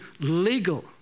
legal